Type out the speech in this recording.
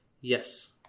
Yes